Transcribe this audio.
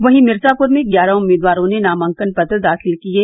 वहीं मिर्जापुर में ग्यारह उम्मीदवारों ने नामांकन पत्र दाखिल किये